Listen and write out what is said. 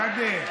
מה יהיה?)